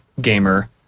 gamer